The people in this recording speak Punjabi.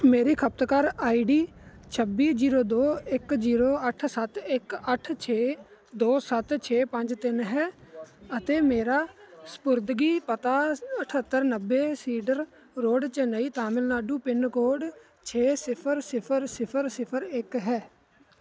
ਮੇਰੀ ਖਪਤਕਾਰ ਆਈਡੀ ਛੱਬੀ ਜੀਰੋ ਦੋ ਇੱਕ ਜੀਰੋ ਅੱਠ ਸੱਤ ਇੱਕ ਅੱਠ ਛੇ ਦੋ ਸੱਤ ਛੇ ਪੰਜ ਤਿੰਨ ਹੈ ਅਤੇ ਮੇਰਾ ਸਪੁਰਦਗੀ ਪਤਾ ਅਠਹੱਤਰ ਨੱਬੇ Cedar Road Chennai Tamil Nadu pin code ਛੇ ਸਿਫਰ ਸਿਫਰ ਸਿਫਰ ਸਿਫਰ ਇੱਕ ਹੈ